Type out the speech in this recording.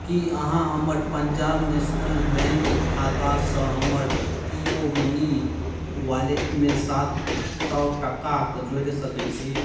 की अहाँ हमर Punjab national bank खातासँ हमर पे यू मनी वॉलेटमे सात सए टकाक जोरि सकै छी